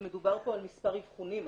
ומדובר פה במספר אבחונים,